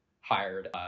hired